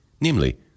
namely